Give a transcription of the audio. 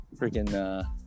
freaking